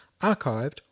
archived